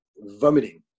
vomiting